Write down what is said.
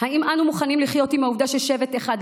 האם אנו מוכנים לחיות עם העובדה ששבט אחד לא